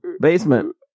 basement